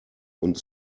und